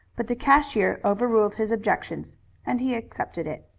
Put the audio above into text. but the cashier overruled his objections and he accepted it.